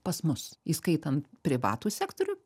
pas mus įskaitan privatų sektorių